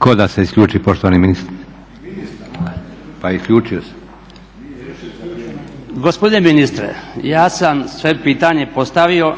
Branka Bačića. **Bačić, Branko (HDZ)** Gospodine ministre, ja sam svoje pitanje postavio